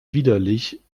widerlich